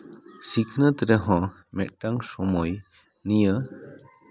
ᱥᱤᱠᱷᱱᱟᱹᱛ ᱨᱮᱦᱚᱸ ᱢᱤᱫᱴᱟᱱ ᱥᱚᱢᱚᱭ ᱱᱤᱭᱟᱹ